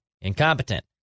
incompetent